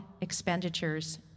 expenditures